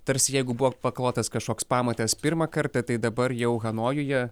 tarsi jeigu buvo paklotas kažkoks pamatas pirmą kartą tai dabar jau hanojuje